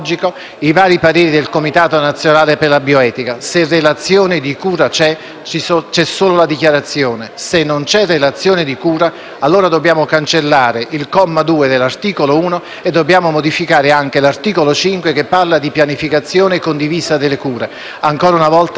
allora dobbiamo cancellare il comma 2 dell'articolo 1 e modificare anche l'articolo 5, che parla di pianificazione condivisa delle cure. Ancora una volta devo dire che c'è una contraddittorietà tra quello che è il principio di riferimento e il richiamo legislativo che non concretizza assolutamente.